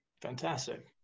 Fantastic